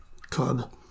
Club